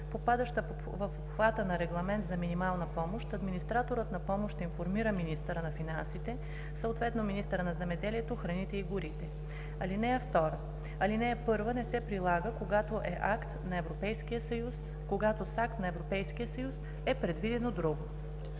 попадаща в обхвата на регламент за минимална помощ, администраторът на помощ информира министъра на финансите, съответно министъра на земеделието, храните и горите. (2) Алинея 1 не се прилага, когато с акт на Европейския съюз е предвидено друго.“